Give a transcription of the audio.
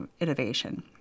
innovation